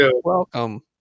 Welcome